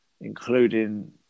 including